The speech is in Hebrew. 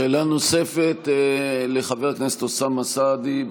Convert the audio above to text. שאלה נוספת, לחבר הכנסת אוסאמה סעדי,